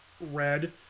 red